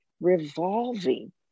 revolving